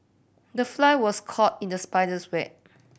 the fly was caught in the spider's web